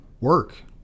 work